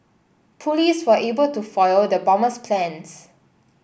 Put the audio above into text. police were able to foil the bomber's plans